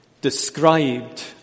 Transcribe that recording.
described